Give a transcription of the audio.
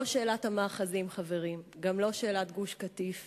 לא שאלת המאחזים, חברים, גם לא שאלת גוש-קטיף